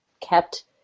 kept